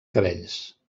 cabells